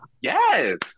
yes